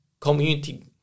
community